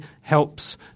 helps